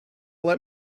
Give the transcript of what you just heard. let